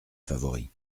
favori